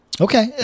okay